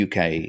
UK